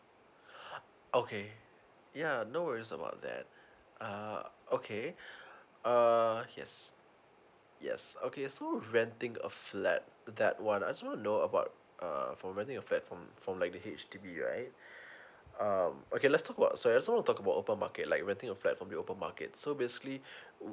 okay yeah no worries about that uh okay uh yes yes okay so renting a flat that one I just wanna know about uh for renting a flat from like the H_D_B right um okay let's talk about so so let's talk about open market like renting a flat from the open market so basically